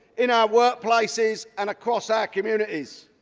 in our workplaces and across our communities.